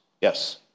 Yes